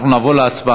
אנחנו נעבור להצבעה.